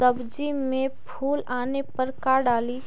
सब्जी मे फूल आने पर का डाली?